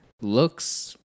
looks